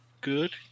Good